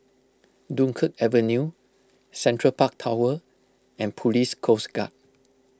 Dunkirk Avenue Central Park Tower and Police Coast Guard